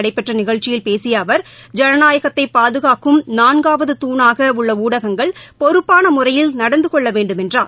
நடைபெற்றநிகழ்ச்சியில் பேசியஅவர் ஜனநாயகத்தைபாதுகாக்கும் புதுதில்லியில் நான்காவது துணாகஉள்ளஊடகங்கள் பொறுப்பானமுறையில் நடந்துகொள்ளவேண்டும் என்றார்